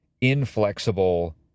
inflexible